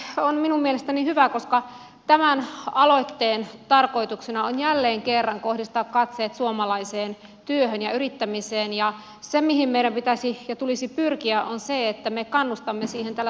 tämä lakialoite on minun mielestäni hyvä koska tämän aloitteen tarkoituksena on jälleen kerran kohdistaa katseet suomalaiseen työhön ja yrittämiseen ja se mihin meidän pitäisi ja tulisi pyrkiä on se että me kannustamme siihen täällä suomessa